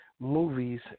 Movies